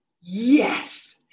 yes